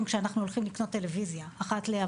כשאנחנו הולכים לקנות טלוויזיה מדי פעם.